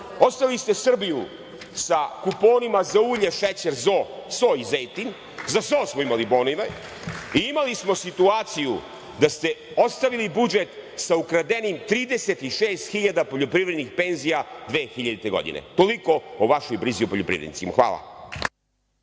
ostavili ste Srbiju sa kuponima za ulje, šećer, so i zejtin, za so smo imali bonove. Imali smo situaciju da ste ostavili budžet sa ukradenim 36 hiljada poljoprivrednih penzija 2000. godine. Toliko o vašoj brizi o poljoprivrednicima. Hvala.